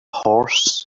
horse